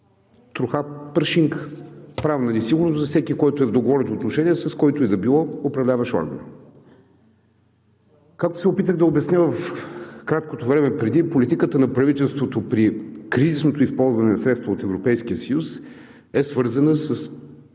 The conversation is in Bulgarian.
троха, прашинка правна несигурност за всеки, който е в договорни отношения, с който и да било управляващ орган. Както се опитах да обясня в краткото време преди, политиката на правителството при кризисното използване на средства от Европейския съюз е свързана с